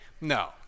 No